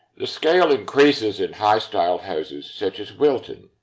the scale increases in high style houses, such as wilton.